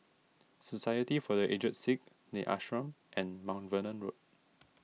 society for the Aged Sick the Ashram and Mount Vernon Road